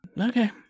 Okay